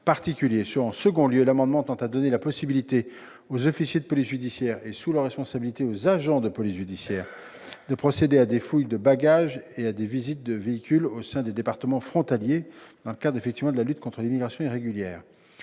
Par ailleurs, l'amendement tend à donner la possibilité aux officiers de police judiciaire et, sous leur responsabilité, aux agents de police judiciaire de procéder à des fouilles de bagages et à des visites de véhicules au sein des départements frontaliers, dans le cadre de la lutte contre l'immigration irrégulière.